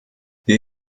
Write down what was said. die